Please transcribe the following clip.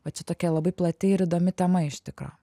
va čia tokia labai plati ir įdomi tema ištikro